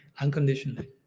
unconditionally